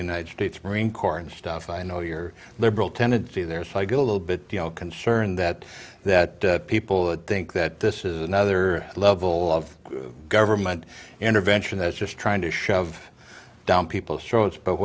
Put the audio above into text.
united states marine corps and stuff i know you're a liberal tendency there so i get a little bit concerned that that people that think that this is another level of government intervention that's just trying to shove down people's throats but